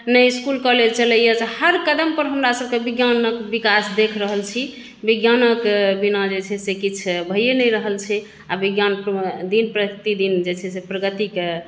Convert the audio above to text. ने school college चलैए तऽ हर कदमपर हमरा सभके विज्ञानके विकास देखि रहल छी विज्ञानके बिना जे छै से किछु भइये नहि रहल छै आओर विज्ञान दिन प्रतिदिन जे छै से प्रगतिके